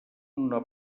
una